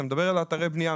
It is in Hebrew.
אני מדבר על אתרי בנייה,